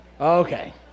Okay